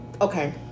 Okay